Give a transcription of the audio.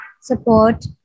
support